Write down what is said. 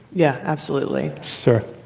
yeah, absolutely. sara,